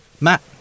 Matt